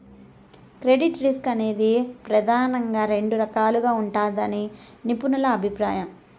credit risk అనేది ప్రెదానంగా రెండు రకాలుగా ఉంటదని నిపుణుల అభిప్రాయం